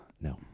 No